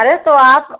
अरे तो आप